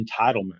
entitlement